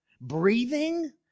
breathing